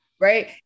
Right